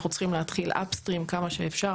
אנחנו צריכים להתחיל upstream כמה שאפשר